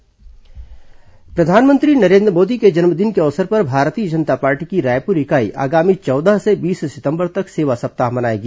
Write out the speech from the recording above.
भाजपा सेवा सप्ताह प्रधानमंत्री नरेन्द्र मोदी के जन्मदिन के अवसर पर भारतीय जनता पार्टी की रायपुर इकाई आगामी चौदह से बीस सितंबर तक सेवा सप्ताह मनाएगी